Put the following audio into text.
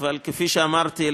אבל כפי שאמרתי,